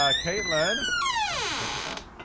ah caitlin, why don't you take us out?